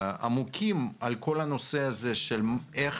עמוקים מאוד על כל הנושא הזה של איך